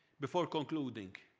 before concluding,